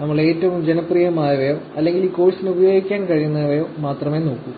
നമ്മൾ ഏറ്റവും ജനപ്രിയമായവയോ അല്ലെങ്കിൽ ഈ കോഴ്സിന് ഉപയോഗിക്കാൻ കഴിയുന്നവയോ മാത്രമേ നോക്കൂ